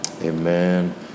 amen